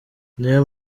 niyo